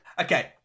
Okay